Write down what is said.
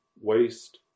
waste